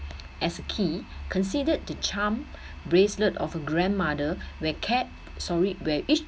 as a key considered to charm bracelet of her grandmother where kept sorry where each